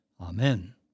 Amen